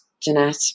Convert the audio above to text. Jeanette